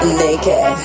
naked